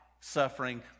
suffering